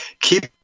Keep